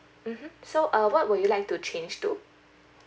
mmhmm so uh what would you like to change to